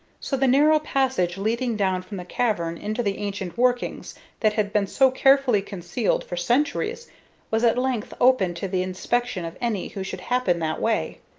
so the narrow passage leading down from the cavern into the ancient workings that had been so carefully concealed for centuries was at length open to the inspection of any who should happen that way.